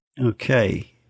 okay